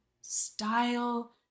style